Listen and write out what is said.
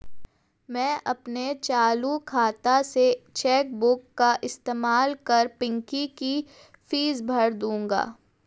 मैं अपने चालू खाता से चेक बुक का इस्तेमाल कर पिंकी की फीस भर दूंगा